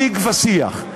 שיג ושיח,